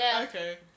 Okay